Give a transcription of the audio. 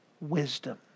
wisdom